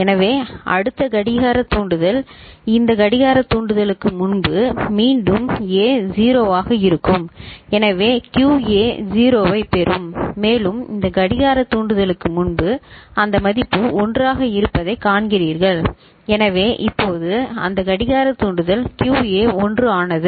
எனவே அடுத்த கடிகாரத் தூண்டுதல் இந்த கடிகாரத் தூண்டுதலுக்கு முன்பு மீண்டும் A 0 ஆக இருக்கும் எனவே QA 0 ஐப் பெறும் மேலும் இந்த கடிகாரத் தூண்டுதலுக்கு முன்பு அந்த மதிப்பு 1 ஆக இருப்பதைக் காண்கிறீர்கள் எனவே இப்போது அந்த கடிகார தூண்டுதல் QA 1 ஆனது